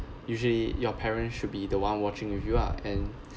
usually your parents should be the one watching with you ah and